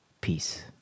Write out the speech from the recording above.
Peace